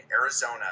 Arizona